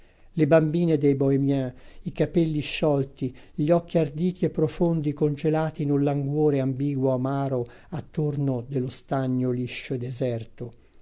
le bambine dei bohemiens i capelli sciolti gli occhi arditi e profondi congelati in un languore ambiguo amaro attorno dello stagno liscio e deserto